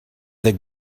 that